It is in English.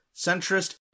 centrist